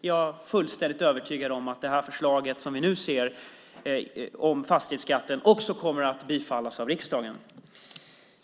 jag är fullständigt övertygad om att det förslag som vi nu ser om fastighetsskatten kommer att bifallas av riksdagen.